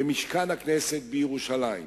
במשכן הכנסת בירושלים.